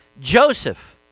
joseph